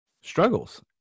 struggles